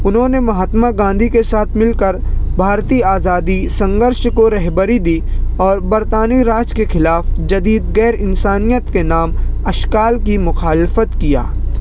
انہوں نے مہاتما گاندھی کے ساتھ مل کر بھارتی آزادی سنگھرش کو رہبری دی اور برطانوی راج کے خلاف جدید غیرانسانیت کے نام اشکال کی مخالفت کیا